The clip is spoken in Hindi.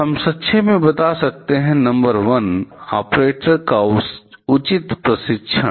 हम संक्षेप में बता सकते हैंनंबर 1 ऑपरेटरों का उचित प्रशिक्षण